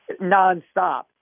nonstop